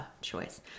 choice